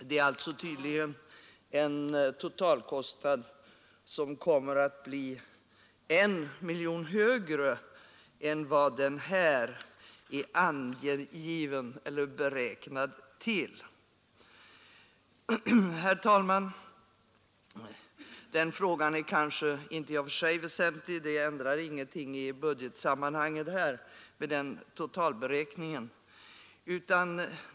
Det är alltså tydligen en totalkostnad som kommer att bli 1 miljon högre än vad den här är angiven eller beräknad till. Herr talman! Denna fråga är kanske inte i och för sig väsentlig. Ifrågavarande totalberäkning ändrar ingenting i budgetsammanhang.